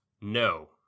no